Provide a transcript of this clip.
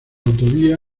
autovía